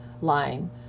line